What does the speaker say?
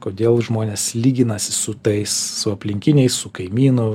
kodėl žmonės lyginasi su tais su aplinkiniais su kaimynu